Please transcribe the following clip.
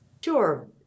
Sure